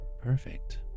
perfect